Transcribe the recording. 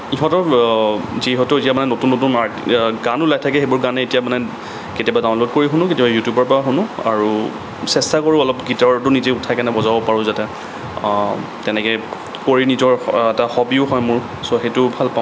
ইহঁতৰ যিহেতু এতিয়া মানে নতুন নতুন গানো ওলাই থাকে সেই গানে এতিয়া মানে কেতিয়াবা ডাউনলোড কৰি শুনোঁ কেতিয়াবা ইউটিউবৰ পৰা শুনোঁ আৰু চেষ্টা কৰোঁ অলপ গিটাৰতো নিজে উঠাই কিনে বজাব পাৰোঁ যাতে তেনেকৈ কৰি নিজৰ এটা হ'বিও হয় মোৰ চ' সেইটো ভাল পাওঁ